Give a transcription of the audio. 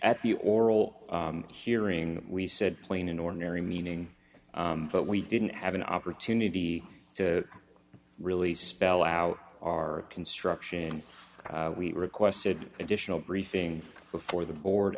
the oral hearing we said plain in ordinary meaning but we didn't have an opportunity to really spell out our construction and we requested additional briefing before the board